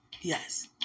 Yes